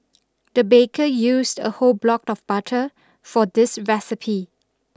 the baker used a whole block of butter for this recipe